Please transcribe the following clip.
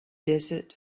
desert